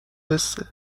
حسه